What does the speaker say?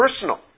personal